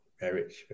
marriage